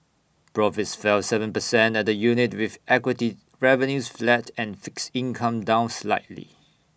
profits fell Seven percent at the unit with equity revenues flat and fixed income down slightly